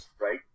right